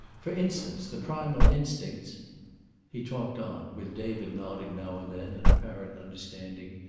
for instance, the primal instincts he talked on, with david nodding now and then in apparent understanding,